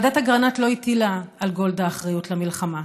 ועדת אגרנט לא הטילה על גולדה אחריות למלחמה,